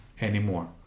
anymore